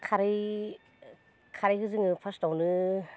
खारै खारैखो जों फार्स्टआवनो